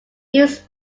used